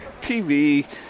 TV